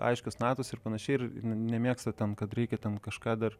aiškios natos ir panašiai ir nemėgsta tem kad reikia ten kažką dar